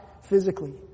physically